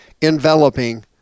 enveloping